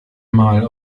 mal